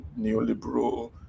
neoliberal